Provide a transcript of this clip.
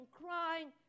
crying